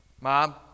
Mom